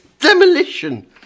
demolition